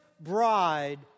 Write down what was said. bride